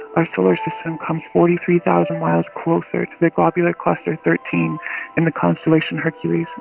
our solar system forty three thousand miles closer to the globular cluster thirteen in the constellation hercules,